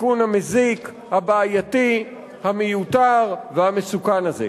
התיקון המזיק, הבעייתי, המסוכן והמיותר הזה.